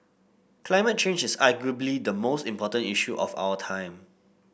climate change is arguably the most important issue of our time